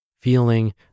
feeling